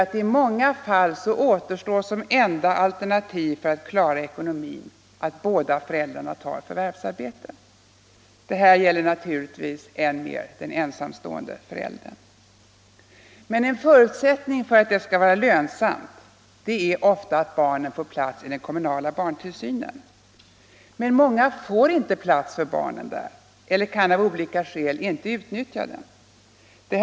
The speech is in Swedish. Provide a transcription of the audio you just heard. I många fall återstår som enda alternativ för att klara ekonomin att båda föräldrarna tar heltidsarbete. — Detta gäller naturligtvis än mer den ensamstående föräldern. En förutsättning för att det skall vara lönsamt är ofta att barnen får plats i den kommunala barntillsynen. Men många får inte plats för barnen där eller kan av olika skäl inte utnyttja denna tillsyn.